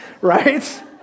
Right